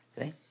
See